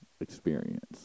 experience